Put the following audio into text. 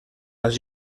als